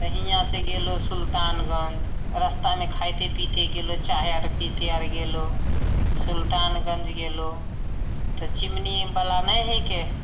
तऽ हीयाँ से गेलहुॅं सुल्तानगञ्ज रस्तामे खाइते पीते गेलहुॅं चाह आर पीते आर गेलहुॅं सुल्तानगञ्ज गेलहुॅं तऽ चिमनीबला नहि हैके